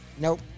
Nope